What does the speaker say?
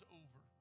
over